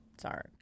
sorry